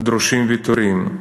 דרושים ויתורים.